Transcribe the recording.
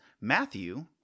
Matthew